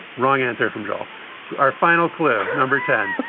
wrong answer from joel our final clue, number ten.